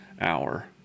hour